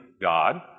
God